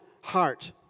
heart